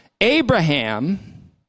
Abraham